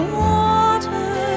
water